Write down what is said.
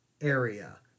area